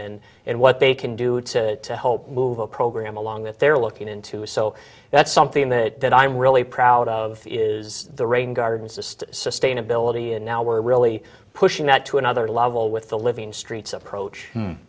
and and what they can do to help move a program along that they're looking into is so that's something that i'm really proud of is the rain garden system sustainability and now we're really pushing that to another level with the living streets approach